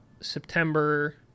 September